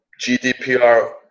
GDPR